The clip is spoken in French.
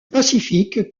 pacifique